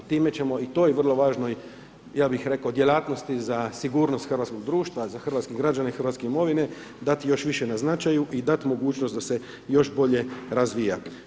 Time ćemo i to, i vrlo važno i ja bih rekao, djelatnosti za sigurnost hrvatskog društva, za hrvatske građane hrvatske imovine, dati još više na značaju i dati mogućnost da se još bolje razvija.